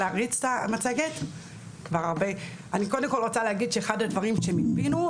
אחד הדברים שמיפינו,